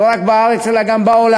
לא רק בארץ אלא גם בעולם,